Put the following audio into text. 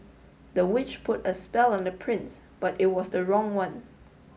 the witch put a spell on the prince but it was the wrong one